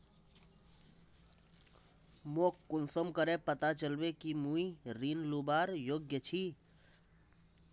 मोक कुंसम करे पता चलबे कि मुई ऋण लुबार योग्य छी?